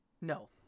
no